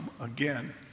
again